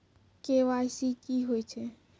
KYC की होय छै?